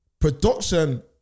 Production